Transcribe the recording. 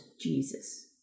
Jesus